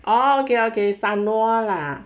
orh okay okay samoa lah